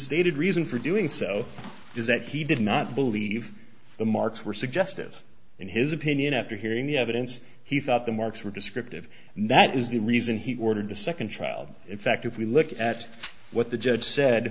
stated reason for doing so is that he did not believe the marks were suggestive in his opinion after hearing the evidence he thought the marks were descriptive and that is the reason he ordered the second trial in fact if we look at what the judge said